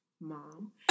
mom